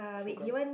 foreground